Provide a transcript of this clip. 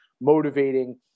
motivating